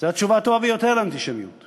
זו התשובה הטובה ביותר, הבטוחה ביותר,